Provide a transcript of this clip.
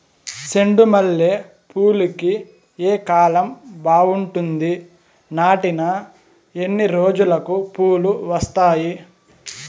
చెండు మల్లె పూలుకి ఏ కాలం బావుంటుంది? నాటిన ఎన్ని రోజులకు పూలు వస్తాయి?